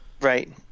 Right